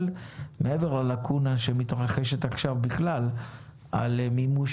מעבר ללקונה שמתרחשת עכשיו בכלל על מימוש